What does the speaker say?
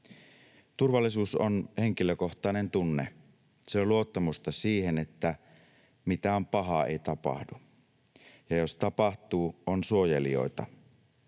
Turvallisuus on henkilökohtainen tunne. Se on luottamusta siihen, että mitään pahaa ei tapahdu ja jos tapahtuu, on suojelijoita.